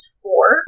four